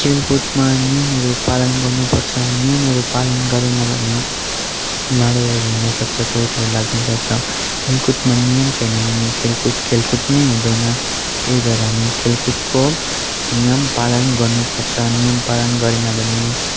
खेलकुदमा नियमहरू पालन गर्नुपर्छ नियमहरू पालन गरेन भने लडाइहरू हुन सक्छ चोटहरू लाग्न सक्छ खेलकुदमा नियम छैन भने खेलकुद खेलकुद नै हुँदैन त्यही भएर हामी खेलकुदको नियम पालन गर्नुपर्छ नियम पालन गरेन भने